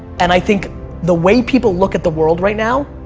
and i think the way people look at the world right now,